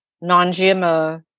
non-GMO